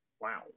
wow